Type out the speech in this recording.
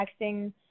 texting